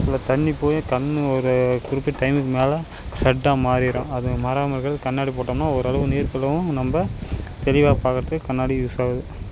குள்ள தண்ணி போய் கண்ணு ஒரு குறிப்பிட்ட டையமுக்கு மேலே ரெட்டாக மாறிரும் அது மாறாமல் இருக்குறதுக்கு கண்ணாடி போட்டோம்னா ஓரளவு நீர்க்குள்ளேயும் நம்ப தெளிவாக பார்க்குறதுக்கு கண்ணாடி யூஸ்ஸாகுது